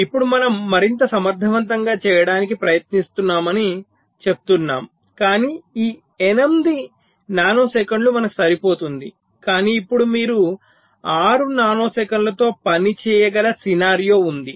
ఇప్పుడు మనము మరింత సమర్థవంతంగా చేయడానికి ప్రయత్నిస్తున్నామని చెప్తున్నాము కానీ ఈ 8 నానోసెకండ్ లు మనకు సరిపోతుంది కానీ ఇప్పుడు మీరు 6 నానోసెకన్లతో పని చేయగల సినారియో ఉంది